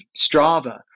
Strava